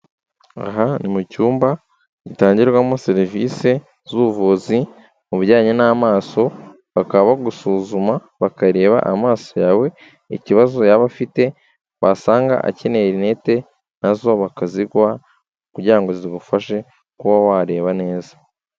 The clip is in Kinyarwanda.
Aha ni mu cyumba gitangirwamo serivisi z'ubuvuzi mu bijyanye n'amaso, bakaba bagusuzuma bakareba amaso yawe ikibazo yaba afite, basanga akeneye rinete na zo bakaziguha kugira ngo zigufashe kuba wareba neza.